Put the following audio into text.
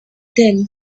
then